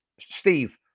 Steve